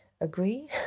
Agree